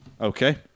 Okay